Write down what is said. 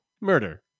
Murder